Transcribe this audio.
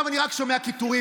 תקציב הבריאות,